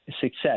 success